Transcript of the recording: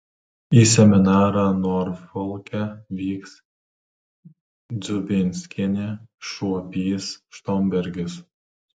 į seminarą norfolke vyks dziubinskienė šuopys štombergis